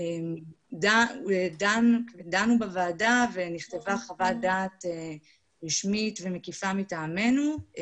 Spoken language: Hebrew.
דנו בוועדה ונכתבה חוות דעת רשמית ומקיפה מטעמנו.